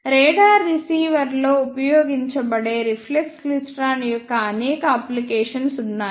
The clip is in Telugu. రాడార్ రిసీవర్లో ఉపయోగించబడే రిఫ్లెక్స్ క్లైస్ట్రాన్ యొక్క అనేక అప్లికేషన్స్ ఉన్నాయి